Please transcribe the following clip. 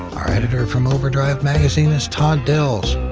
our editor from overdrive magazine is todd dills.